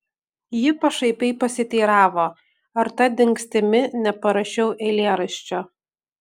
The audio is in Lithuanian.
ji pašaipiai pasiteiravo ar ta dingstimi neparašiau eilėraščio